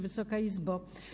Wysoka Izbo!